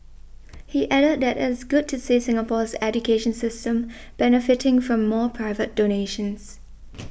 he added that it's good to see Singapore's education system benefiting from more private donations